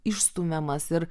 išstumiamas ir